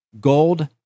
gold